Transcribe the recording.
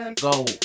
Go